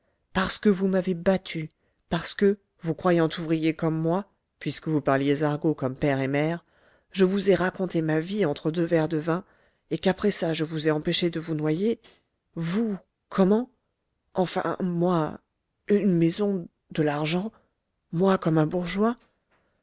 parce que vous m'avez battu parce que vous croyant ouvrier comme moi puisque vous parliez argot comme père et mère je vous ai raconté ma vie entre deux verres de vin et qu'après ça je vous ai empêché de vous noyer vous comment enfin moi une maison de l'argent moi comme un bourgeois